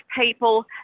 people